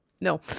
No